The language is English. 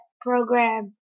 program